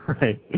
right